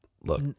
look